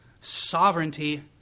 sovereignty